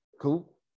cool